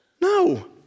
No